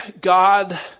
God